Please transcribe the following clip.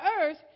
earth